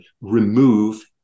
remove